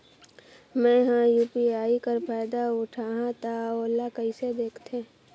मैं ह यू.पी.आई कर फायदा उठाहा ता ओला कइसे दखथे?